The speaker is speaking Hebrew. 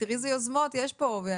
תראי איזה יוזמות יש פה.